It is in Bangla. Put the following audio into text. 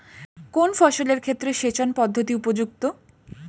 কোন ফসলের ক্ষেত্রে সেচন পদ্ধতি উপযুক্ত?